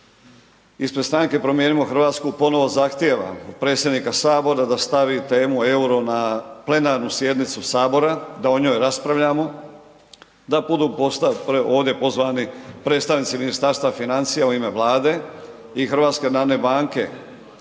Ispred Stranke Promijenimo Hrvatsku ponovo zahtijevam od predsjednika sabora da stavi temu EUR-o na plenarnu sjednicu sabora, da o njoj raspravljamo, da budu ovdje pozvani predstavnici Ministarstva financija u ime Vlade i HNB-a. Naprosto je